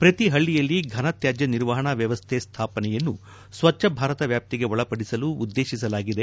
ಪ್ರತಿ ಹಳ್ಳಿಯಲ್ಲಿ ಫನತ್ಯಾಜ್ಯ ನಿರ್ವಹಣಾ ವ್ಯವಸ್ಥೆ ಸ್ಥಾಪನೆಯನ್ನು ಸ್ವಚ್ಛ ಭಾರತ ವ್ಯಾಪ್ತಿಗೆ ಒಳಪದಿಸಲು ಉದ್ದೇಶಿಸಲಾಗಿದೆ